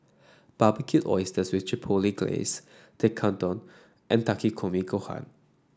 Barbecued Oysters with Chipotle Glaze Tekkadon and Takikomi Gohan